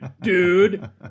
dude